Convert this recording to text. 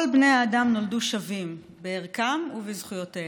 "כל בני האדם נולדו שווים בערכם ובזכויותיהם"